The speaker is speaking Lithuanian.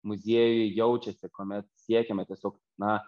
muziejuje jaučiasi kuomet siekėme tiesiog na